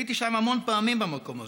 הייתי שם המון פעמים במקום הזה.